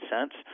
cents